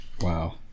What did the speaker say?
Wow